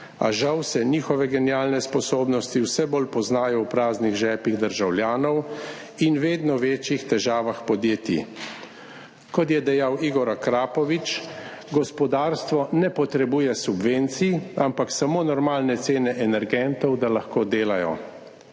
a žal se njihove genialne sposobnosti vse bolj poznajo v praznih žepih državljanov in vedno večjih težavah podjetij. Kot je dejal Igor Akrapovič, gospodarstvo ne potrebuje subvencij, ampak samo normalne cene energentov, da lahko delajo.